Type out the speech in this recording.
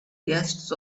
guests